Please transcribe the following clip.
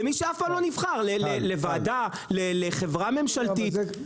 למי שאף פעם לא נבחר, לוועדה, לחברה ממשלתית.